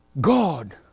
God